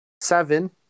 seven